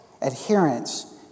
adherence